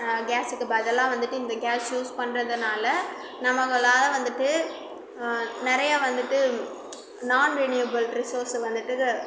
கேஸுக்கு பதிலாக வந்துவிட்டு இந்த கேஸ் யூஸ் பண்ணுறதுனால நம்மளால் வந்துவிட்டு நிறையா வந்துவிட்டு நான் ரினியபுள் ரிசோர்ஸ் வந்துவிட்டு